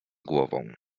głową